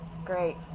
great